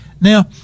Now